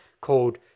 called